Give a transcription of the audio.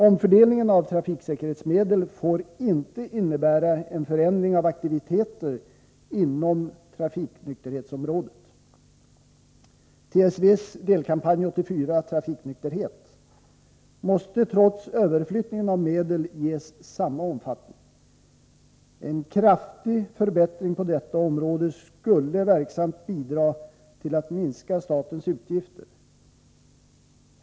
Omfördelningen av trafiksäkerhetsmedel får inte innebära en förändring av aktiviteter inom trafiknykterhetsområdet. ”TSV:s delkampanj 84 trafiknykterhet” måste trots överflyttningen av medel ges samma omfattning som tidigare kampanjer. En kraftig förbättring på detta område skulle verksamt bidra till att minska statens utgifter.